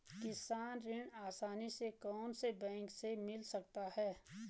किसान ऋण आसानी से कौनसे बैंक से मिल सकता है?